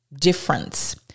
difference